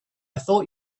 thought